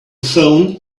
phone